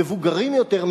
מבוגרים יותר,